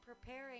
preparing